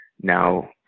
now